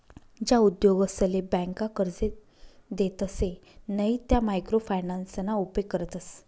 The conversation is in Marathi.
ज्या उद्योगसले ब्यांका कर्जे देतसे नयी त्या मायक्रो फायनान्सना उपेग करतस